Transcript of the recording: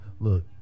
Look